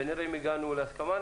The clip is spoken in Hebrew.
ונראה אם הגענו להסכמה.